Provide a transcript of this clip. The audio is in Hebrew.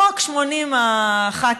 חוק 80 הח"כים